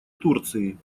турции